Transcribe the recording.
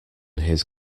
his